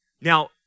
Now